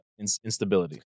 instability